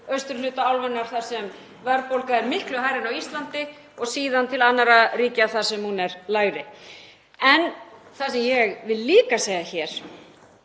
austurhluta álfunnar þar sem verðbólga er miklu hærri en á Íslandi og síðan til annarra ríkja þar sem hún er lægri. En það sem ég vil líka segja hér